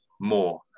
more